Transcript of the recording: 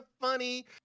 Funny